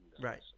Right